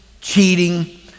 cheating